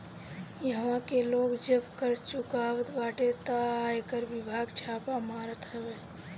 इहवा के लोग जब कर चुरावत बाटे तअ आयकर विभाग छापा मारत हवे